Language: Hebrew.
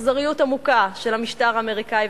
אכזריות עמוקה של המשטר האמריקני.